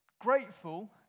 grateful